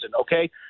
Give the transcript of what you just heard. okay